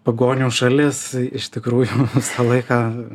pagonių šalis iš tikrųjų visą laiką